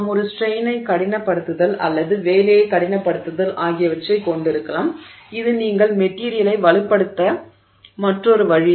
நாம் ஒரு ஸ்ட்ரெய்னை கடினப்படுத்துதல் அல்லது வேலையை கடினப்படுத்துதல் ஆகியவற்றைக் கொண்டிருக்கலாம் இது நீங்கள் மெட்டிரியலை வலுப்படுத்த மற்றொரு வழி